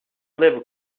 liv